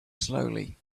slowly